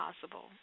possible